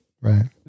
Right